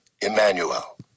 Emmanuel